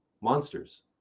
monsters